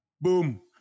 Boom